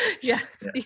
Yes